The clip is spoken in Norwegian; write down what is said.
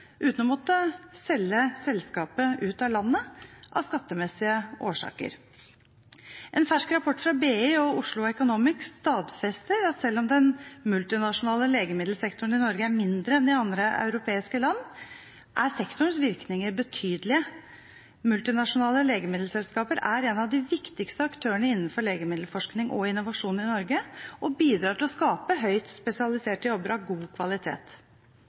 uten å måtte selge selskapet ut av landet av skattemessige årsaker. En fersk rapport fra BI og Oslo Economics stadfester at selv om den multinasjonale legemiddelsektoren i Norge er mindre enn i andre europeiske land, er sektorens virkninger betydelige. Multinasjonale legemiddelselskaper er en av de viktigste aktørene innenfor legemiddelforskning og innovasjon i Norge og bidrar til å skape høyt spesialiserte jobber av god kvalitet.